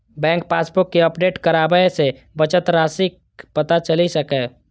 bank passbook कें update कराबय सं बचत राशिक पता चलि सकैए